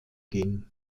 ging